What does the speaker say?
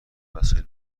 وسایل